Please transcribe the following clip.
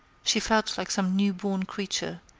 she felt like some new-born creature,